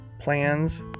plans